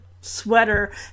sweater